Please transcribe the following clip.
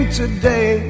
today